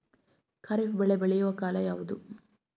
ಖಾರಿಫ್ ಬೆಳೆ ಬೆಳೆಯುವ ಕಾಲ ಯಾವುದು?